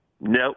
No